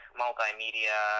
multimedia